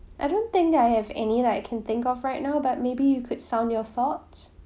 I don't think I have any like you can think of right now but maybe you could sound your thoughts